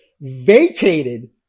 vacated